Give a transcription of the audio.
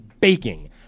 Baking